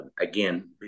Again